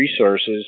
resources